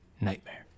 Nightmare